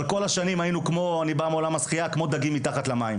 אבל כל השנים היינו כמו דגים מתחת למים